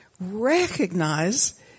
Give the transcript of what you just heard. recognize